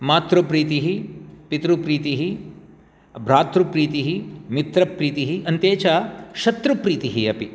मातृप्रीतिः पितृप्रीतिः भ्रातृप्रीतिः मित्रप्रीतिः अन्ते च शत्रुप्रीतिः अपि